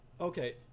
Okay